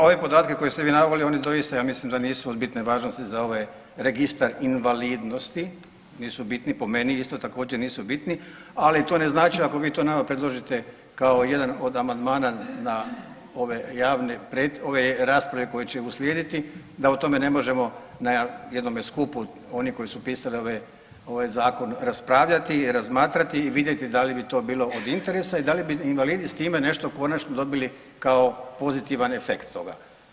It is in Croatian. Ove podatke koje ste vi naveli oni doista ja mislim da nisu od bitne važnosti za ovaj registar invalidnosti, nisu bitni, po meni isto također nisu bitni, ali to ne znači ako vi to nama predložite kao jedan od amandmana na ove javne, ove rasprave koje će uslijediti da o tome ne možemo na jednome skupu oni koji su pisali ove, ovaj zakon raspravljati i razmatrati i vidjeti da li bi to bilo od interesa i da li bi invalidi s time nešto konačno dobili kao pozitivan efekt toga.